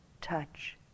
touch